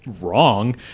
wrong